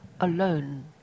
alone